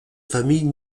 famille